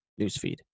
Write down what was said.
newsfeed